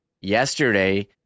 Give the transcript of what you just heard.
yesterday